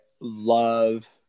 love